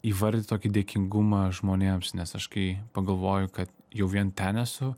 įvardyt tokį dėkingumą žmonėms nes aš kai pagalvoju kad jau vien ten esu